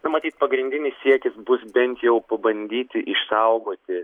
na matyt pagrindinis siekis bus bent jau pabandyti išsaugoti